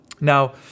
Now